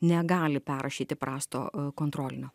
negali perrašyti prasto kontrolinio